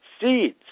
seeds